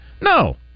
No